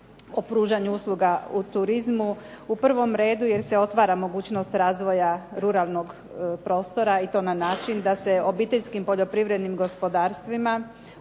o pružanju usluga u turizmu, u prvom redu jer se otvara mogućnost razvoja ruralnog prostora i to na način da se obiteljskim poljoprivrednim gospodarstvima